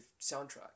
soundtrack